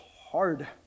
hard